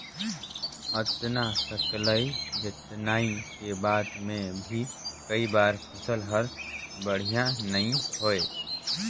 अतना सकलई जतनई के बाद मे भी कई बार फसल हर बड़िया नइ होए